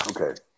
Okay